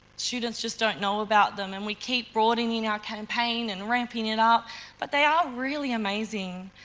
students just don't know about them and we keep broadening our campaign and ramping it up but they are really amazing.